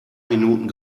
minuten